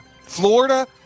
Florida